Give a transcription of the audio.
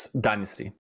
Dynasty